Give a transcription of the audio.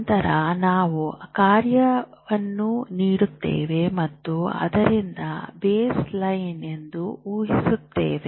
ನಂತರ ನಾವು ಕಾರ್ಯವನ್ನು ನೀಡುತ್ತೇವೆ ಮತ್ತು ಅದರಿಂದ ಬೇಸ್ ಲೈನ್ ಎಂದು ಉಹಿಸುತ್ತೇವೆ